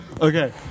Okay